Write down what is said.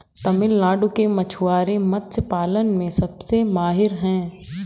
तमिलनाडु के मछुआरे मत्स्य पालन में सबसे माहिर हैं